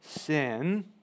sin